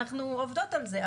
אנחנו עובדות על זה,